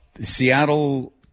Seattle